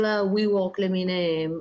ווי וורק למיניהם,